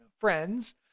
friends